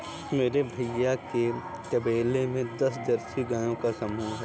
मेरे भैया के तबेले में दस जर्सी गायों का समूह हैं